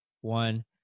one